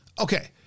Okay